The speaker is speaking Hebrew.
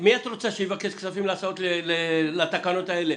מי את רוצה שיבקש כספים להסעות לפי התקנות האלה?